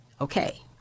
Okay